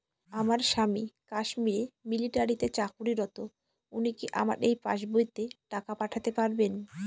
আমার স্বামী কাশ্মীরে মিলিটারিতে চাকুরিরত উনি কি আমার এই পাসবইতে টাকা পাঠাতে পারবেন?